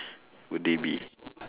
would they be